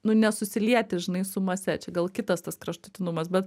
nu nesusilieti žinai su mase čia gal kitas tas kraštutinumas bet